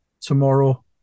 tomorrow